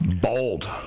Bold